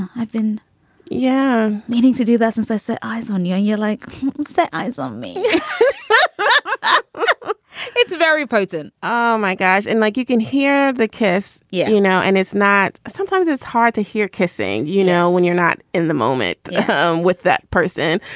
i've been yeah meaning to do that since i set eyes on you. you. you're like set eyes on me but it's very potent. oh, my god and like, you can hear the kiss. yeah. you know, and it's not sometimes it's hard to hear kissing, you know, when you're not in the moment um with that person.